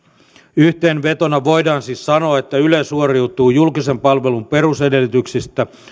yhteenvetona voidaan siis sanoa että yle suoriutui julkisen palvelun perusedellytyksistä